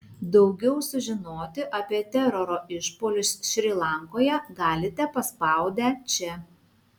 daugiau sužinoti apie teroro išpuolius šri lankoje galite paspaudę čia